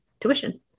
tuition